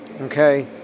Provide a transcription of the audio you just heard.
Okay